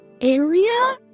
area